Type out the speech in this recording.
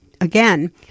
Again